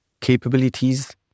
capabilities